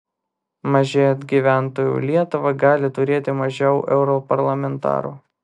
mažėjant gyventojų lietuva gali turėti mažiau europarlamentarų